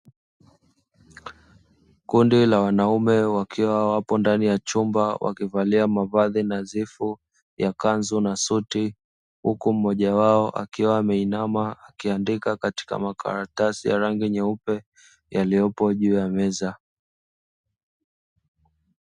Kundi la wanaume wakiwa wapo ndani ya chumba wakivalia mavazi nadhifu ya kanzu na suti huku mmoja wao akiwa ameinama akiandika katika makaratasi ya rangi nyeupe yaliyopo juu ya meza.